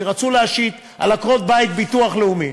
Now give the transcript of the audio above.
כשרצו להשית על עקרות-בית ביטוח לאומי,